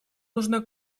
нужно